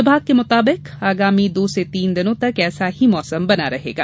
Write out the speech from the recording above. विभाग के मुताबिक आगामी दो से तीन दिन तक ऐसा ही मौसम बना रहेगा